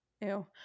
Ew